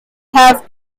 have